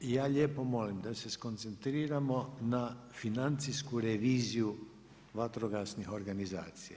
Ja lijepo molim da se skoncentriramo na financijsku reviziju vatrogasnih organizacija.